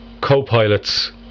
co-pilots